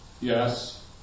yes